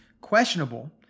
questionable